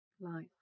life